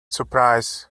surprise